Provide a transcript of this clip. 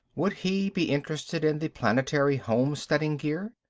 would he be interested in the planetary homesteading gear?